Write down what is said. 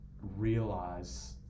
realize